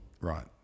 right